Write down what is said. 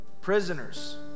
Prisoners